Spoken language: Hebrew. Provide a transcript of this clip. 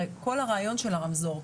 הרי כל הרעיון של הרמזור,